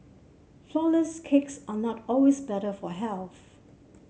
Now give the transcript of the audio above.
flourless cakes are not always better for health